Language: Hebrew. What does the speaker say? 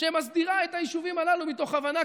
שמסדירה את היישובים הללו מתוך הבנה,